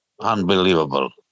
Unbelievable